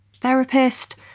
therapist